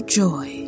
joy